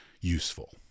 useful